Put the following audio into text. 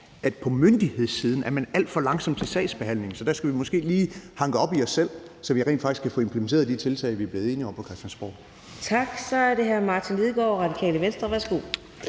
man på myndighedssiden er alt for langsom til sagsbehandlingen, så der skal vi måske lige hanke op i os selv, så vi rent faktisk kan få implementeret de tiltag, vi er blevet enige om på Christiansborg. Kl. 15:20 Fjerde næstformand (Karina Adsbøl): Tak.